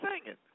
singing